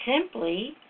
simply